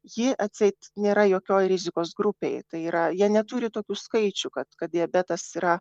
ji atseit nėra jokioj rizikos grupėj tai yra jie neturi tokių skaičių kad kad diabetas yra